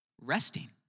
resting